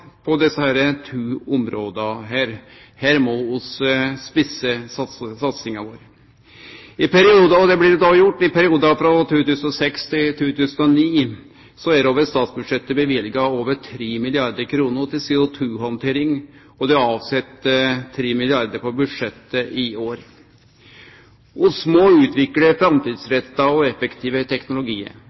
på desse to områda. Her må vi spisse satsinga vår, og det blir òg gjort. I perioden frå 2006 til 2009 er det over statsbudsjett løyva over 3 milliardar kr til CO2-handtering, og det er avsett 3 milliardar kr på budsjettet i år. Vi må utvikle framtidsretta og effektive